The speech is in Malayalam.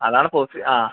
അതാണ് പോസ്റ്റ് ആ